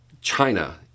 China